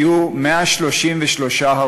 הנתונים: למדינת ישראל היו 133 הרוגים.